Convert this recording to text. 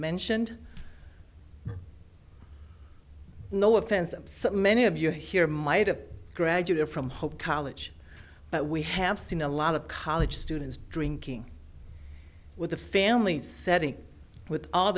mentioned no offense i'm so many of you here might have graduated from hope college but we have seen a lot of college students drinking with the families setting with all